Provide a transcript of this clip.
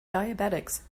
diabetics